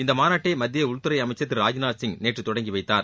இந்த மாநாட்டை மத்திய உள் துறை அமைச்சர் திரு ராஜ்நாத் சிங் நேற்று தொடங்கி வைத்தார்